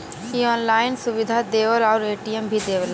इ ऑनलाइन सुविधा देवला आउर ए.टी.एम देवला